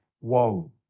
Whoa